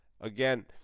Again